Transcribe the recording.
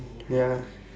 ya